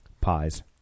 Pies